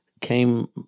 came